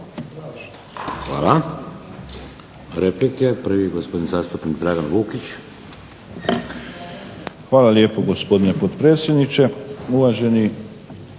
Hvala